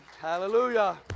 Hallelujah